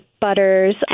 butters